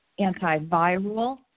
antiviral